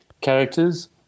characters